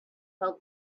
felt